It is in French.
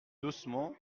doucement